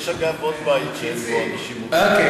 יש, אגב, עוד בית שאין בו אנשים אובייקטיביים.